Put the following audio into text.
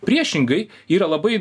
priešingai yra labai